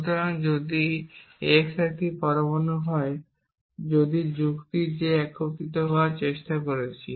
সুতরাং যদি x একটি পরমাণু হয় যদি যুক্তি যে আমরা একত্রিত করার চেষ্টা করছি